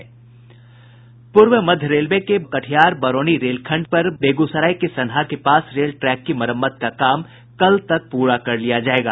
पूर्व मध्य रेलवे के बरौनी कटिहार रेलखंड पर बेगूसराय के सनहा के पास रेल ट्रैक की मरम्मत का काम कल तक पूरा कर लिया जायेगा